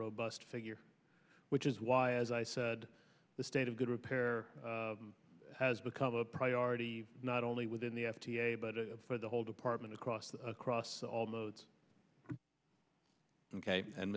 robust figure which is why as i said the state of good repair has become a priority not only within the f d a but for the whole department across the across all modes ok and